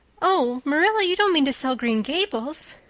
oh, marilla, you don't mean to sell green gables!